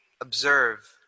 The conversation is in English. observe